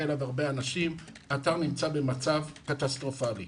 אליו הרבה אנשים והוא נמצא במצב קטסטרופלי.